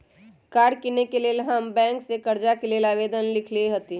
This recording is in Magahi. कार किनेके लेल हम बैंक से कर्जा के लेल आवेदन लिखलेए हती